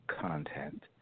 Content